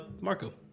Marco